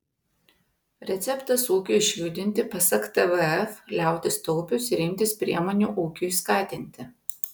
receptas ūkiui išjudinti pasak tvf liautis taupius ir imtis priemonių ūkiui skatinti